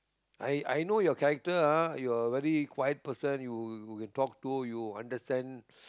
I I know your character ah you're a very quiet person you talk to you understand